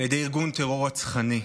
על ידי ארגון טרור רצחני.